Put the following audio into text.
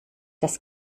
das